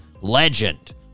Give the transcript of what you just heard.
Legend